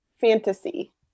fantasy